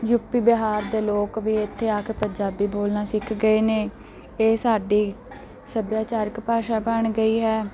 UP Bihar ਦੇ ਲੋਕ ਵੀ ਇੱਥੇ ਆ ਕੇ ਪੰਜਾਬੀ ਬੋਲਣਾ ਸਿੱਖ ਗਏ ਨੇ ਇਹ ਸਾਡੀ ਸੱਭਿਆਚਾਰਕ ਭਾਸ਼ਾ ਬਣ ਗਈ ਹੈ